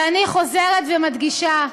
ואני חוזרת ומדגישה: